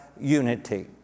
unity